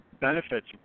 benefits